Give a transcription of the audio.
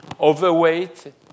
Overweight